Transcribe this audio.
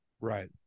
Right